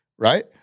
Right